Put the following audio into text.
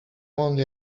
only